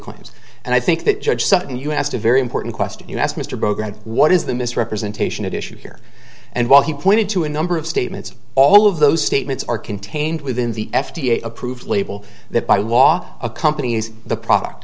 claims and i think that judge sutton you asked a very important question you asked mr berger what is the misrepresentation at issue here and while he pointed to a number of statements all of those statements are contained within the f d a approved label that by law accompanies the product